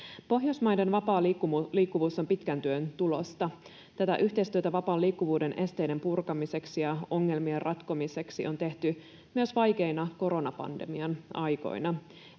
Pohjoismaiden vapaa liikkuvuus on pitkän työn tulosta. Tätä yhteistyötä vapaan liikkuvuuden esteiden purkamiseksi ja ongelmien ratkomiseksi on tehty myös vaikeina koronapandemian aikoina